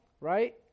right